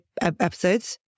episodes